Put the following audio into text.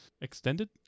Extended